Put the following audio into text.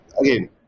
again